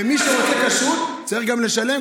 ומי שרוצה כשרות צריך גם לשלם,